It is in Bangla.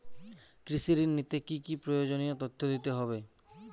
কৃষি ঋণ নিতে কি কি প্রয়োজনীয় তথ্য দিতে হবে?